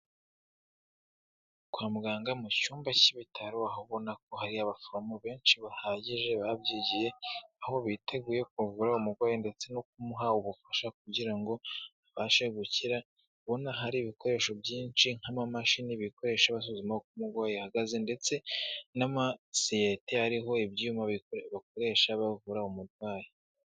Kwa muganga mu cyumba cy'ibitaro aho ubona ko hari abaforomo benshi bahagije babyigiye, aho biteguye kuvura umurwayi ndetse no kumuha ubufasha kugira ngo abashe gukira, ubona hari ibikoresho byinshi nk'amamashini, ibikoreshwa basuzuma umurwayi ahagaze ndetse n'amasiyete ariho ibyuma bakoresha bavura umurwayi.